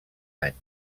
anys